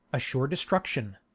a sure destruction.